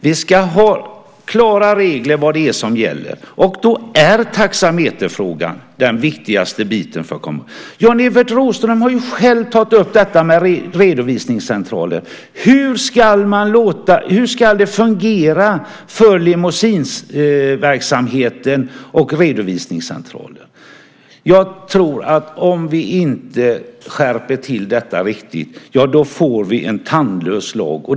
Vi ska ha klara regler för vad som gäller. Då är taxameterfrågan den viktigaste biten. Jan-Evert Rådhström har själv tagit upp frågan om redovisningscentraler. Hur ska det fungera för limousineverksamheten och redovisningscentraler? Om vi inte skärper detta riktigt får vi en tandlös lag.